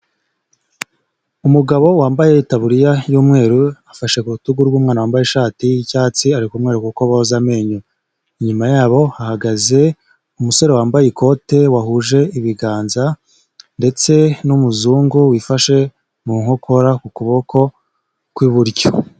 Umugabo wambaye taburiya y'umweru, afashe ku rutugu rw'umwana wambaye ishati y'icyatsi, ari kureka kuko boza amenyo. Inyuma yabo hahagaze umusore wambaye ikote, wahuje ibiganza ndetse n'umuzungu wifashe mu nkokora ku kuboko kw'iburyo.